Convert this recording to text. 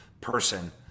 person